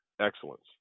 excellence